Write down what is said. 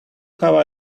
how